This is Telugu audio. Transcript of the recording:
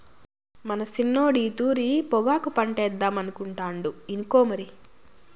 మన సిన్నోడు ఈ తూరి పొగాకు పంటేద్దామనుకుంటాండు ఇనుకో మరి